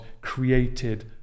created